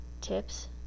tips